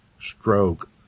stroke